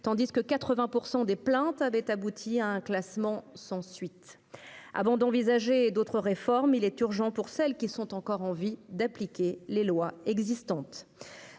tandis que 80 % des plaintes avaient abouti à un classement sans suite. Avant d'envisager d'autres réformes, il est urgent, pour celles qui sont encore en vie, d'appliquer les lois existantes.